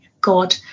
God